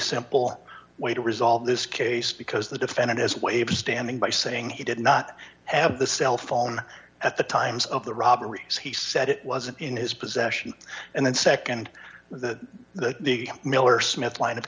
simple way to resolve this case because the defendant as we're able standing by saying he did not have the cell phone at the times of the robberies he said it wasn't in his possession and then nd that the miller smith line of